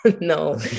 No